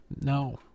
No